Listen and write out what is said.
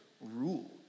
rule